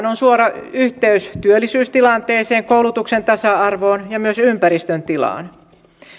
on suora yhteys työllisyystilanteeseen koulutuksen tasa arvoon ja myös ympäristön tilaan